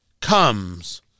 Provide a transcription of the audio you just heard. comes